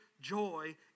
joy